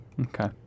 Okay